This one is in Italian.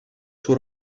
suo